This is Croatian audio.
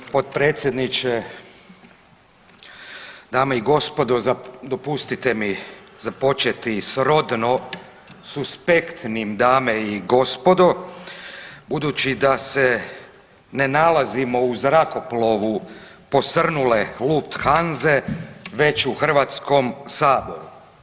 Potpredsjedniče, dame i gospodo dopustiti mi započeti srodno suspektnim dame i gospodo budući da se ne nalazimo u zrakoplovu posrnule Lufthanse već u Hrvatskom saboru.